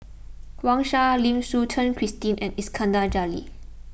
Wang Sha Lim Suchen Christine and Iskandar Jalil